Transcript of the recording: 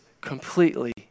completely